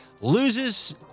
loses